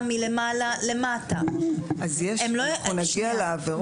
מלמעלה למטה --- אנחנו נגיע לעבירות.